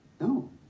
No